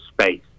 space